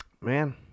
Man